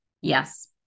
yes